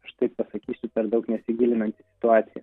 aš taip pasakysiu per daug nesigilinant į situaciją